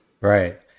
Right